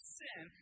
sin